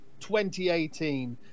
2018